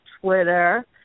Twitter